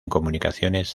comunicaciones